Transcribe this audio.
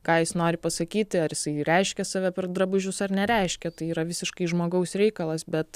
ką jis nori pasakyti ar jisai reiškia save per drabužius ar nereiškia tai yra visiškai žmogaus reikalas bet